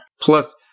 Plus